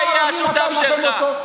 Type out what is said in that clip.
זה יהיה השותף שלך.